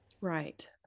Right